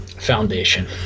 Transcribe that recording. foundation